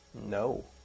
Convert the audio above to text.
No